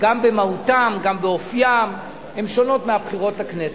גם במהותן, גם באופיין, מהבחירות לכנסת.